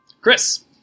Chris